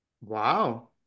Wow